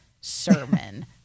sermon